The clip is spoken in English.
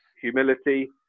humility